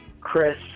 Chris